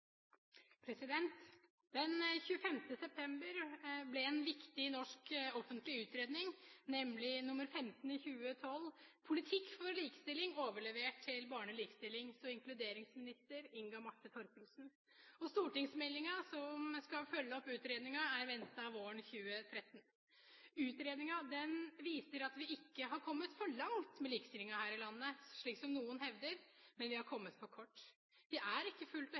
Den 25. september ble en viktig norsk offentlig utredning, nemlig NOU 2012: 15 Politikk for likestilling, overlevert til barne-, likestillings- og inkluderingsminister Inga Marte Thorkildsen, og stortingsmeldinga som skal følge opp utredninga, er ventet våren 2013. Utredninga viser at vi ikke har kommet for langt med likestillinga her i landet, slik som noen hevder, men vi har kommet for kort. Vi er ikke fullt